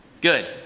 Good